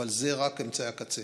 אבל זה רק אמצעי הקצה.